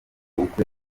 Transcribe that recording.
bukwe